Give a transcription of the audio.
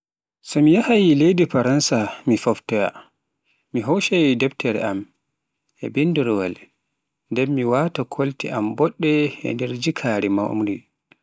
So mi yahhay leydi Faransa mi foftoya, mi hoccai defreji am, a bindorwal, nden mi waata kolte boɗɗe ender jikaare an mawnde..